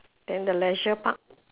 then the leisure park